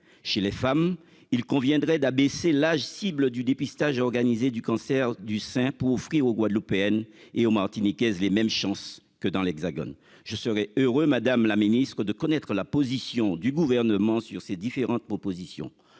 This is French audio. chez les femmes, il conviendrait d'abaisser l'âge cible du dépistage organisé du cancer du sein pour offrir aux guadeloupéenne et martiniquaise les mêmes chances que dans l'Hexagone. Je serai heureux Madame la Ministre, de connaître la position du gouvernement sur ces différentes propositions.